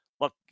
look